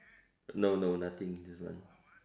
no no nothing this one